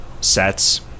sets